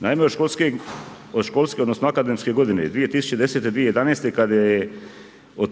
Naime od školske odnosno akademske godine 2010/2011 kada je od